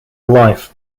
life